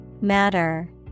Matter